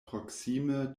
proksime